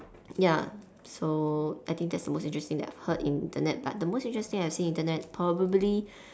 ya so I think that is the most interesting that I've heard about the Internet but the most interesting thing I seen in Internet probably